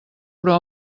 però